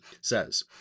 says